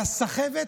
על הסחבת,